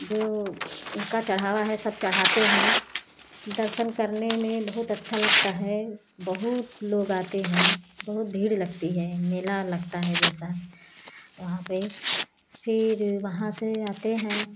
जो उनका चढ़ावा सब चढ़ाते हैं दर्शन करने में बहुत अच्छा लगता है बहुत लोग आते हैं बहुत भीड़ लगती हैं मेला लगता है जैसे वहाँ पर फिर वहाँ से आते हैं